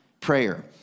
prayer